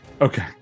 Okay